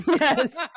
Yes